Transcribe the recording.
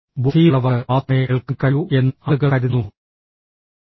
ബുദ്ധിയുള്ളവർക്ക് മാത്രമേ കേൾക്കാൻ കഴിയൂ എന്ന് ആളുകൾ കരുതുന്നു